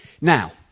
Now